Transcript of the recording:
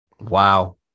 Wow